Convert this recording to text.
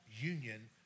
union